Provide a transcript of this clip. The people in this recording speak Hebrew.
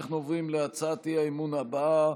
אנחנו עוברים להצעת האי-אמון הבאה,